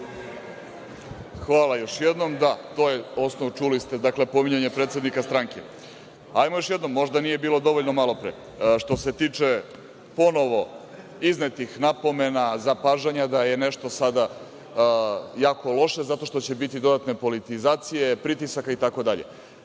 Hvala još jednom. Da, to je osnov, čuli ste, pominjanje predsednika stranke. Hajdemo još jednom, možda nije bilo dovoljno malopre. Što se tiče ponovo iznetih napomena, zapažanja da je nešto sada jako loše jer će biti dodatne politizacije, pritisaka itd,